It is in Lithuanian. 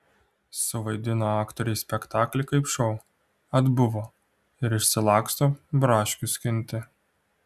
suvaidino aktoriai spektaklį kaip šou atbuvo ir išsilaksto braškių skinti